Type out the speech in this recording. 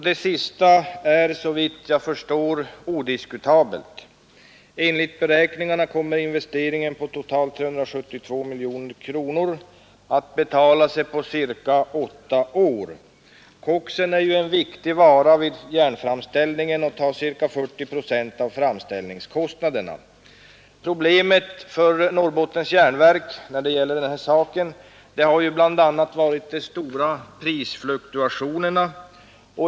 Det sistnämnda är, såvitt jag förstår, odiskutabelt. Enligt beräkningarna kommer investeringen på totalt 372 miljoner kronor att betala sig på cirka åtta år. Koksen är en viktig vara vid järnframställningen och tar ca 40 procent av framställningskostnaderna. Problemet för Norrbottens järnverk har bl.a. varit de stora prisfluktuationerna.